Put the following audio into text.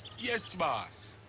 yes, boss.